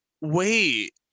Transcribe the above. wait